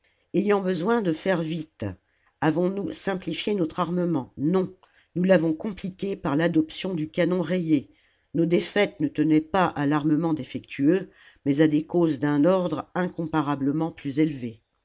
ayant besoin de faire vite avons-nous simplifié notre armement non nous l'avons compliqué par l'adoption du canon rayé nos défaites ne tenaient pas à l'armement défectueux mais à des causes d'un ordre incomparablement plus élevé